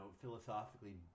philosophically